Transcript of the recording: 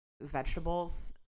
vegetables